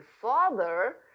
father